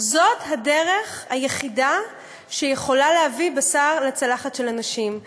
זאת הדרך היחידה להביא בשר לצלחת של אנשים?